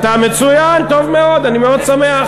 מצוין, טוב מאוד, אני מאוד שמח.